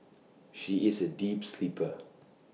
she is A deep sleeper